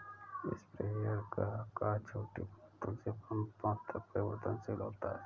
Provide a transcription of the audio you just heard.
sprayer का आकार छोटी बोतल से पंपों तक परिवर्तनशील होता है